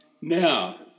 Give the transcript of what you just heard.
Now